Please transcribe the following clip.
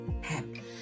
happy